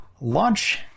launch